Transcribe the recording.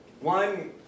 One